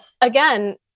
again